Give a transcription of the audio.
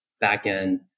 back-end